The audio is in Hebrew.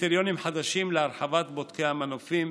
קריטריונים חדשים להרחבת בודקי המנופים,